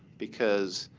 because